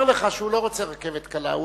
הוא אמר לך שהוא לא רוצה רכבת קלה.